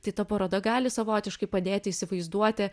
tai ta paroda gali savotiškai padėti įsivaizduoti